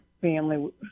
family